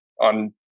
on